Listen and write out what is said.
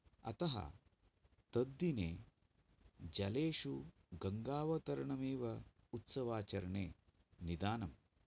अतः तद्दिने जलेषु गङ्गावतरणम् एव उत्सवाचरणे निदानम्